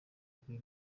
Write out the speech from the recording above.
kuri